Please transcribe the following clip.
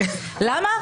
למה?